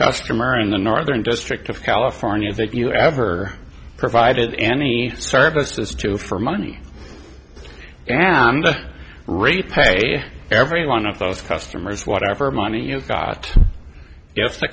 customer in the northern district of california that you ever provided any services to for money and re pay every one of those customers whatever money you've got if